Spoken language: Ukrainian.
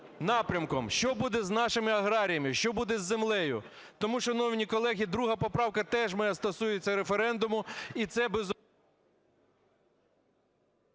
напрямком, що буде з нашими аграріями, що буде з землею? Тому, шановні колеги, друга моя поправка теж стосується референдуму, і це…